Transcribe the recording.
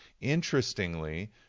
Interestingly